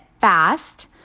fast